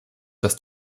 das